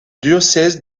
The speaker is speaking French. diocèse